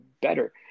better